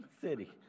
city